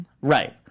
Right